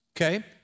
Okay